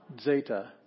Zeta